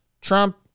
Trump